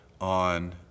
on